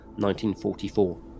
1944